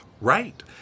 Right